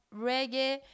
reggae